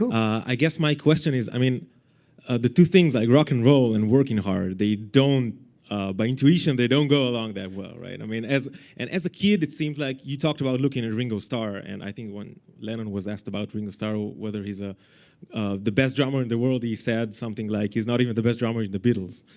i guess my question is i mean the two things like rock and roll and working hard by intuition, they don't go along that well, right? i mean and as a kid, it seems like you talked about looking at ringo starr. and i think when lennon was asked about ringo starr, ah whether he's ah the best drummer in the world, he said something like, he's not even the best drummer in the beatles.